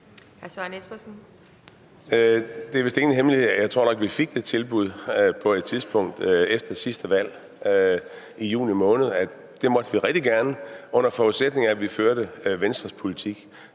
Det er vist ingen hemmelighed, at vi vistnok, tror jeg, fik det tilbud på et tidspunkt efter sidste valg i juni måned, at det måtte vi rigtig gerne, under forudsætning af at vi førte Venstres politik.